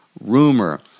rumor